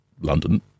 London